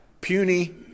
puny